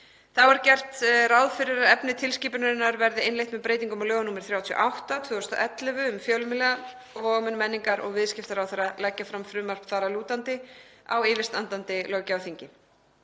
Þá er gert ráð fyrir að efni tilskipunarinnar verði innleitt með breytingum á lögum nr. 38/2011, um fjölmiðla, og mun menningar- og viðskiptaráðherra leggja fram frumvarp þar að lútandi á yfirstandandi löggjafarþingi.